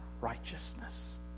righteousness